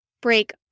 break